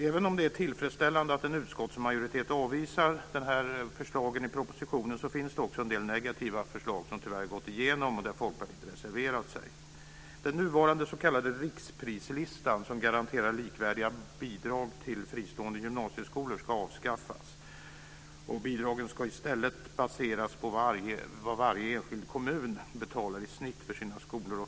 Även om det är tillfredsställande att en utskottsmajoritet avvisar förslagen i propositionen, finns det också en del negativa förslag som tyvärr gått igenom och som Folkpartiet reserverat sig mot. Den nuvarande s.k. riksprislistan, som garanterar likvärdiga bidrag till fristående gymnasieskolor, ska avskaffas. Bidragen ska i stället baseras på vad varje enskild kommun betalar i snitt för sina skolor.